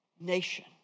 nation